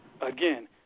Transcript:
Again